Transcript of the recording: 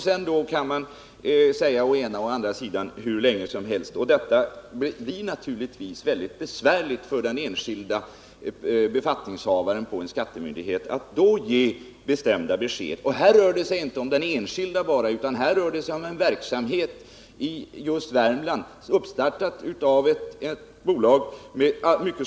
« Så kan man vrida och vända på det hur länge som helst, och följden blir naturligtvis att det blir väldigt besvärligt för den enskilde befattningshavaren på en skattemyndighet att ge bestämda besked. Här rör det sig dessutom inte bara om enskilda individer, utan också om ett bolag som satsat stora resurser på en sådan här verksamhet i Värmland.